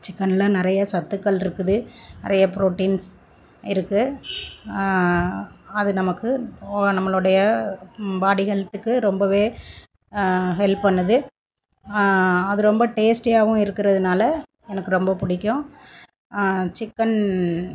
சிக்கனில் நிறைய சத்துக்கள் இருக்குது நிறைய புரோட்டீன்ஸ் இருக்குது அது நமக்கு நம்மளுடைய பாடி ஹெல்த்துக்கு ரொம்ப ஹெல்ப் பண்ணுது அது ரொம்ப டேஸ்டியாகவும் இருக்கிறதுனால எனக்கு ரொம்ப பிடிக்கும் சிக்கன்